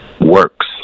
works